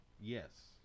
Yes